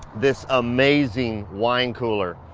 this amazing wine cooler.